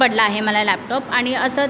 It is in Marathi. पडला आहे मला लॅपटॉप आणि असंच